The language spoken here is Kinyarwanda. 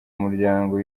muryango